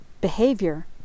behavior